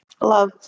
Love